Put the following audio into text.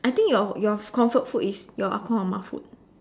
I think your your comfort food is your ah-gong ah-ma food